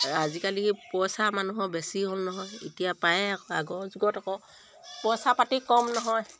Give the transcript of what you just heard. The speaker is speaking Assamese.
আজিকালি পইচা মানুহৰ বেছি হ'ল নহয় এতিয়া পায়ে আকৌ আগৰ যুগত আকৌ পইচা পাতি কম নহয়